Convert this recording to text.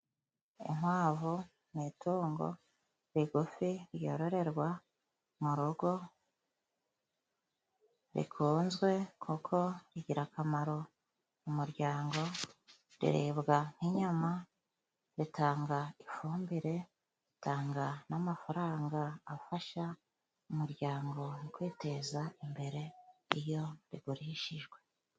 Inkwavu ni itungo rigufi ryororerwa mu rugo rikunzwe kuko rigira akamaro umuryango, riribwa nk' inyama ritanga ifumbire, ritanga n'amafaranga afasha umuryango, kwiteza imbere iyo rigurishijwe.